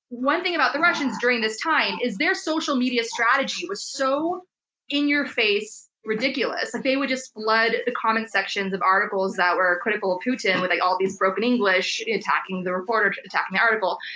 one thing about the russians during this time, is their social media strategy was so in your face, ridiculous. they would just flood the comment sections of articles that were critical of putin, with like all of this broken english, attacking the reporter, attacking the article.